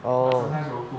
orh